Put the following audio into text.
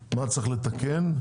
כולל מה צריך לתקן.